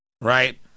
Right